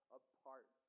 apart